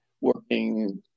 working